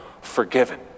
forgiven